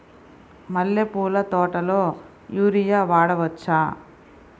మల్లె పూల తోటలో యూరియా వాడవచ్చా?